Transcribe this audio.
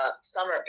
summer